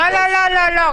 לא, לא, לא.